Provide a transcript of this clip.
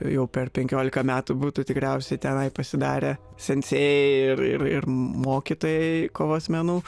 jau per penkiolika metų būtų tikriausiai tenai pasidarę sensėjai ir ir mokytojai kovos menų